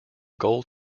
gold